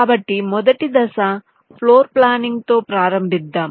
కాబట్టి మొదటి దశ ఫ్లోర్ప్లానింగ్తో ప్రారంభిద్దాం